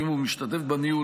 ואם הוא משתתף בניהול,